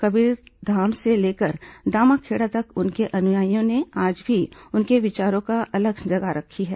कबीरधाम से लेकर दामाखेड़ा तक उनके अनुयायियों ने आज भी उनके विचारों की अलख जगा रखी है